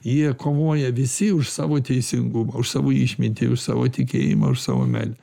jie kovoja visi už savo teisingumą už savo išmintį už savo tikėjimą už savo meilę